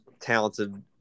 talented